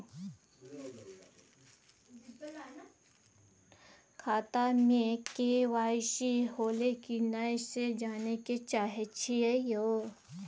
खाता में के.वाई.सी होलै की नय से जानय के चाहेछि यो?